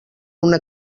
una